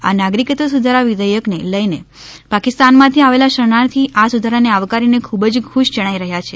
આ નાગરીક્ત્વ સુધારા વિધેયકને લઈને પાકિસ્તાનમાંથી આવેલા શરણાર્થી આ સુધારાને આવકારીને ખૂબજ ખૂશ જણાઈ રહ્યા છે